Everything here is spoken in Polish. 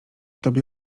tobie